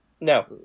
no